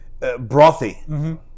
brothy